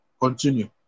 continue